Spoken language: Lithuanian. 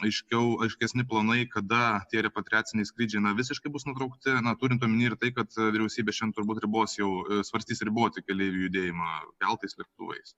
aiškiau aiškesni planai kada tie repatriaciniai skrydžiai na visiškai bus nutraukti na turint omeny ir tai kad vyriausybė šiandien turbūt ribos jau svarstys riboti keleivių judėjimą keltais lėktuvais